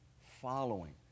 following